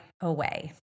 away